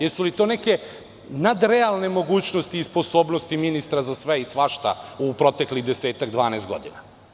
Jesu li to neke nadrealne mogućnosti i sposobnosti ministra za sve i svašta u proteklih 10-12 godina.